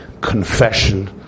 confession